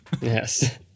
Yes